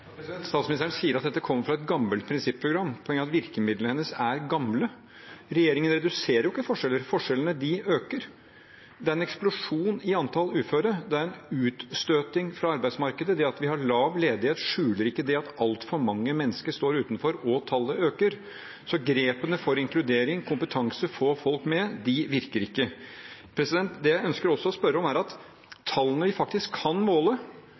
Statsministeren sier at dette kommer fra et gammelt prinsipprogram. Poenget er at virkemidlene hennes er gamle. Regjeringen reduserer jo ikke forskjellene – forskjellene øker. Det er en eksplosjon i antallet uføre. Det er en utstøting fra arbeidsmarkedet. Det at vi har lav ledighet, skjuler ikke at altfor mange mennesker står utenfor – og tallet øker. Grepene for inkludering, kompetanse og for å få folk med virker ikke. Tallene vi faktisk kan måle, trekker i gal retning når det